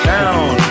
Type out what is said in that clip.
Down